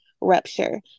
rupture